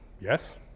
Yes